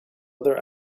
other